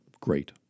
great